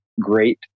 great